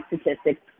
statistics